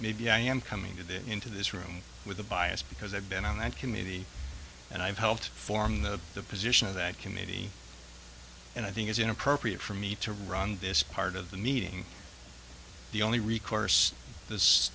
maybe i am coming to this into this room with a bias because i've been on that committee and i've helped form the the position of that committee and i think it's inappropriate for me to run this part of the meeting the only recourse th